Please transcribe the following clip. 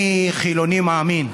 אני חילוני מאמין.